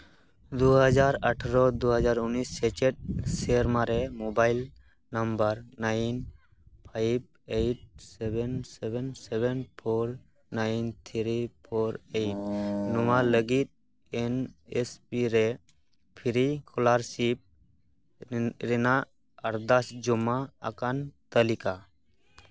ᱫᱩ ᱦᱟᱡᱟᱨ ᱟᱴᱷᱨᱚ ᱫᱩ ᱦᱟᱡᱟᱨ ᱩᱱᱤᱥ ᱥᱮᱪᱮᱫ ᱥᱮᱨᱢᱟ ᱨᱮ mobile number nine five eight seven seven seven four nine three four eight ᱱᱚᱣᱟ ᱞᱟᱹᱜᱤᱫ ᱮᱱ ᱮᱥ ᱯᱤ ᱨᱮ ᱯᱷᱨᱤ ᱠᱚᱞᱟᱨᱥᱤᱯ ᱨᱮᱱᱟᱜ ᱟᱨᱫᱟᱥ ᱡᱚᱢᱟ ᱟᱠᱟᱱ ᱛᱟᱹᱞᱤᱠᱟ